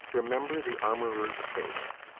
remember the armorer's faith.